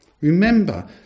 Remember